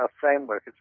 framework